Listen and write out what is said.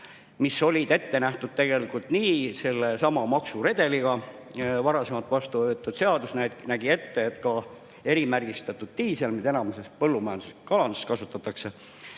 mis olid ette nähtud tegelikult sellesama maksuredeliga. Varasemalt vastuvõetud seadus nägi ette, et ka erimärgistatud diisel, mida enamasti põllumajanduses ja kalanduses kasutatakse,